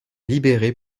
libérés